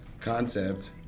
concept